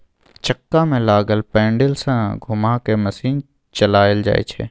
चक्का में लागल पैडिल सँ घुमा कय मशीन चलाएल जाइ छै